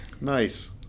Nice